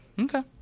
okay